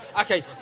Okay